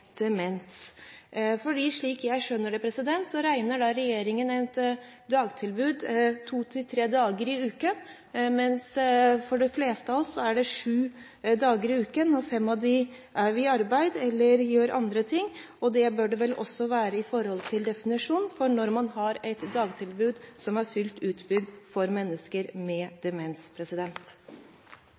demens. Slik jeg skjønner det, regner regjeringen med at de skal ha et dagtilbud to–tre dager i uken. Men for de fleste av oss er det sju dager i uken, og fem av dem er vi i arbeid eller gjør andre ting. Det bør ligge til grunn for definisjonen for når man har et fullt utbygd dagtilbud for mennesker med demens.